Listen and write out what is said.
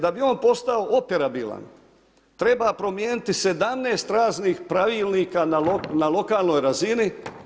Da bi on postao operabilan treba promijeniti 17 raznih pravilnika na lokalnoj razini.